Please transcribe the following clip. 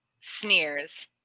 sneers